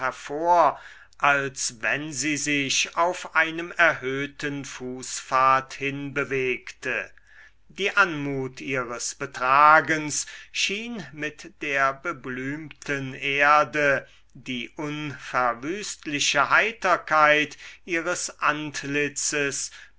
hervor als wenn sie sich auf einem erhöhten fußpfad hinbewegte die anmut ihres betragens schien mit der beblümten erde und die unverwüstliche heiterkeit ihres antlitzes